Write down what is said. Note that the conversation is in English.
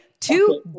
two